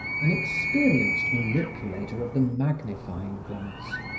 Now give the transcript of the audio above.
an experienced manipulation of the magnifying glass,